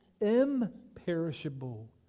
Imperishable